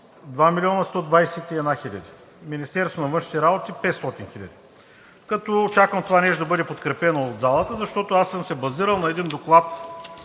2 млн. 121 хил. лв., Министерството на външните работи – 500 хиляди“. Очаквам това нещо да бъде подкрепено от залата, защото съм се базирал на един доклад